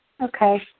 Okay